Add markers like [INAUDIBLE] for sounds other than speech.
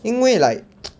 因为 like [NOISE]